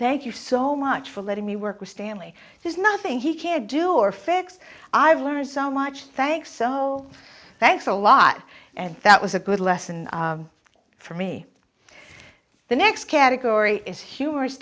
thank you so much for letting me work with stanley there's nothing he can't do or fix i've learned so much thanks so thanks a lot and that was a good lesson for me the next category is humorous